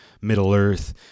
Middle-earth